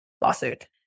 lawsuit